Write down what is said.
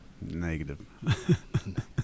Negative